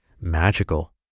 magical